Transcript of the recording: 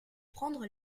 prendre